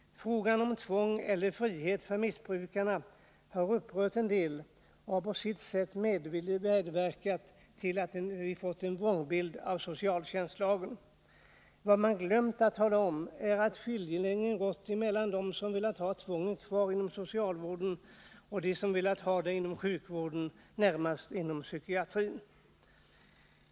Frågan om tvång eller frihet för missbrukarna har upprört en del och har på sitt sätt medverkat till en vrångbild av socialtjänstlagen. Vad man glömt att tala om är att skiljelinjen gått emellan dem som velat ha tvånget kvar inom socialvården och dem som velat ha det inom sjukvården, närmast då inom psykiatrin.